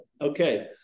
okay